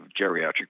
geriatric